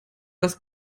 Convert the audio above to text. das